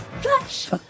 Flash